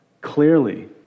clearly